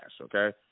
okay